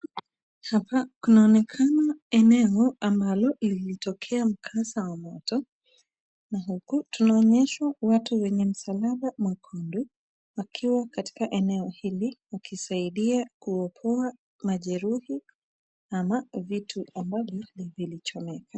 Hapa kunaonekana eneo ambalo ilitokea mkasa wa moto na huku tunaonyeshwa watu wenye msalaba mwekudu wakiwa katika eneo hili wakisaidia kuopoa majeruhi ama vitu ambavyo vilichomeka.